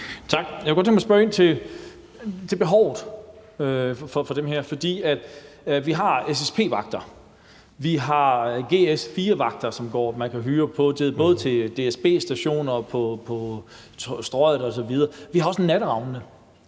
Tak. Jeg kunne godt tænke mig at spørge ind til behovet for dem her. For vi har SSP-vagter, vi har G4S-vagter, som man kan hyre til DSB-stationer, Strøget osv., og vi har også Natteravnene,